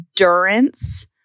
endurance